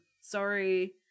Sorry